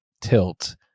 tilt